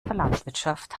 landwirtschaft